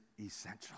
essential